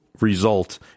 result